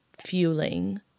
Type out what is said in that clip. fueling